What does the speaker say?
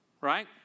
right